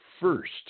first